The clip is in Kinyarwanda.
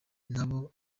nabo